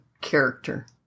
character